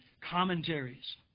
commentaries